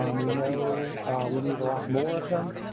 um we know we need a lot more of them.